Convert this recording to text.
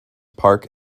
park